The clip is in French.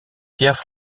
pierre